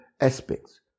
aspects